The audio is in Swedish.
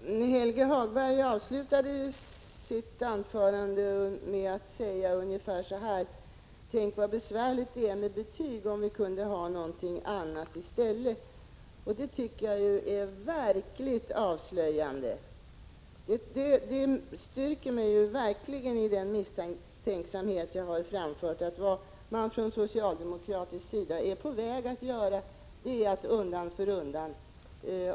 Fru talman! Helge Hagberg avslutade sitt anförande med att säga ungefär så här: Tänk, så besvärligt det är med betyg! Vi skulle ha något annat i stället. Det tycker jag är verkligt avslöjande. Det styrker mig i den misstanke jag har framfört, att vad man från socialdemokratisk sida är på väg att göra är att undan för undan